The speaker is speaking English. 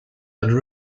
and